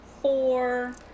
Four